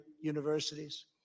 universities